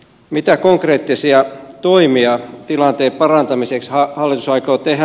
mitä konkreettisia toimia tilanteen parantamiseksi hallitus aikoo tehdä